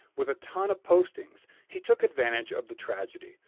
with a ton of postings, he took advantage of the tragedy.